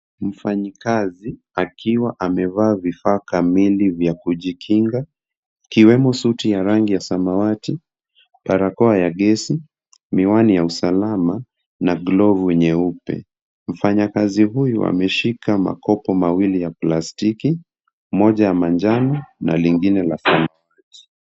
Mfanyikazi akiwa amevaa vifaa kamili vya kujikinga ikiwemo suti ya rangi ya samawati, barakoa ya gesi, miwani ya usalama na glovu nyeupe. Mfanyakazi huyu ameshika makopo mawili ya plastiki , moja ya manjano na lingine la samawati.